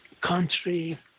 country